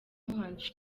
umuhanzi